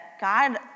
God